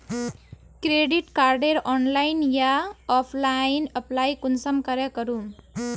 Credit कार्डेर online या offline apply कुंसम करे करूम?